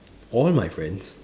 all my friends